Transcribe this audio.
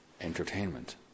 entertainment